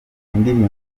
indirimbo